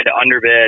underbid